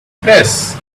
press